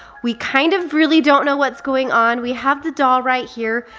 we kind of really don't know what's going on, we have the doll right here,